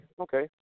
Okay